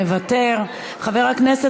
מוותר,